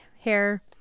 hair